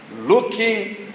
looking